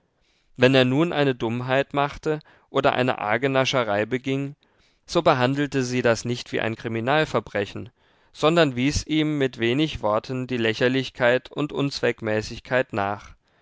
wenn er nun eine dummheit machte oder eine arge nascherei beging so behandelte sie das nicht wie ein kriminalverbrechen sondern wies ihm mit wenig worten die lächerlichkeit und unzweckmäßigkeit nach